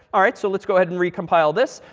all right. so let's go ahead and recompile this.